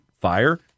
fire